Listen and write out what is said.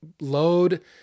load